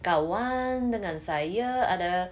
kawan dengan saya ada